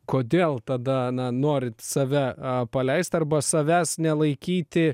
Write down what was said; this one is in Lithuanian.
kodėl tada na norit save paleist arba savęs nelaikyti